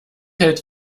hält